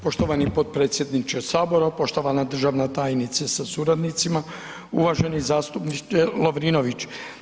Poštovani potpredsjedniče Sabora, poštovana državna tajnice sa suradnicima, uvaženi zastupniče Lovrinović.